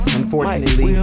unfortunately